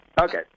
Okay